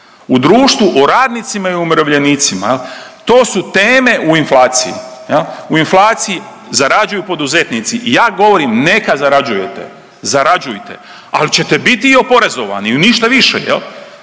U društvu, o radnicima i umirovljenicima. To su teme u inflaciji. U inflaciji zarađuju poduzetnici i ja govorim neka zarađujete, zarađujte, ali ćete biti i oporezovani. Ništa više. Ne